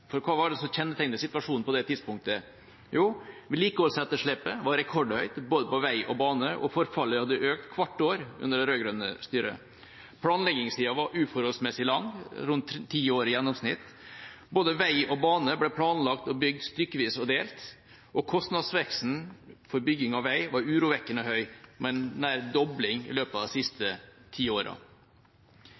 For hva var det som kjennetegnet situasjonen på det tidspunktet? Jo: Vedlikeholdsetterslepet var rekordhøyt både på vei og bane, og forfallet hadde økt hvert år under det rød-grønne styret. Planleggingstida var uforholdsmessig lang, rundt ti år i gjennomsnitt. Både vei og bane ble planlagt og bygd stykkevis og delt. Kostnadsveksten for bygging av vei var urovekkende høy, med nær en dobling i løpet av de siste ti åra.